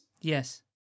Yes